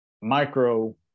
micro